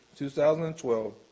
2012